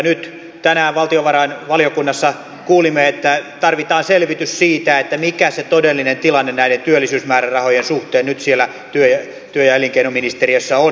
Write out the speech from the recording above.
nyt tänään valtiovarainvaliokunnassa kuulimme että tarvitaan selvitys siitä mikä se todellinen tilanne näiden työllisyysmäärärahojen suhteen nyt siellä työ ja elinkeinoministeriössä on